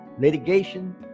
litigation